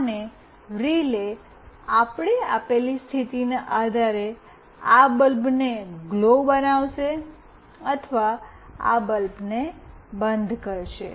અને રિલે આપણે આપેલી સ્થિતિને આધારે આ બલ્બને ગ્લો બનાવશે અથવા આ બલ્બને બંધ કરશે